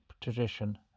tradition